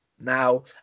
now